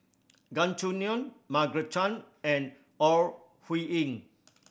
Gan Choo Neo Margaret Chan and Ore Huiying